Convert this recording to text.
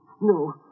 No